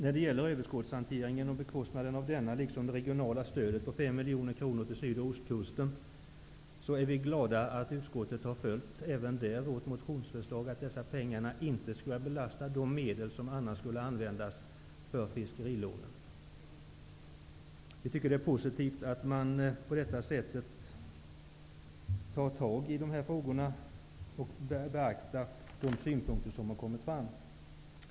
När det gäller överskottshanteringen och bekostandet av denna, liksom det regionala stödet på 5 miljoner kronor till syd och ostkusten, är vi glada att utskottet även där har följt vårt förslag, dvs. att dessa pengar inte skall belasta de medel som annars skulle användas för fiskerilånen. Vi tycker att det är positivt att man på detta sätt tar tag i de här frågorna och beaktar de synpunkter som har kommit fram.